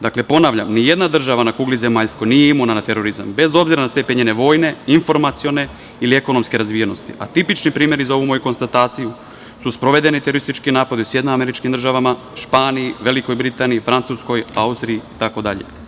Dakle, ponavljam, ni jedna država na kugli zemaljskoj nije imuna na terorizam, bez obzira na stepen njene vojne, informacione ili ekonomske razvijenosti, a tipični primeri za ovu moju konstataciju su sprovedeni teroristički napadi u SAD, Španiji, Velikoj Britaniji, Francuskoj, Austriji itd.